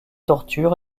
tortures